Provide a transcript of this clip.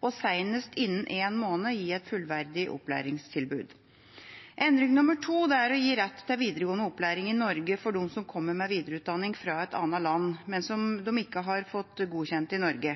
og senest innen én måned gi et fullverdig opplæringstilbud. Endring nummer to er å gi rett til videregående opplæring i Norge for dem som kommer med videregående utdanning fra et annet land, men som de ikke får godkjent i Norge.